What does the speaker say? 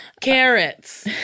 Carrots